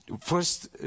first